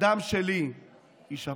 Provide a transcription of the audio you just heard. הדם שלי יישפך.